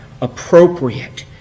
appropriate